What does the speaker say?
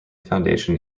foundation